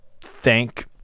thank